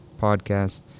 podcast